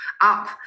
up